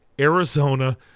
Arizona